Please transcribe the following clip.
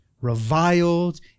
reviled